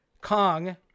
Kong